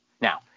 Now